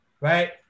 right